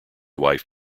wife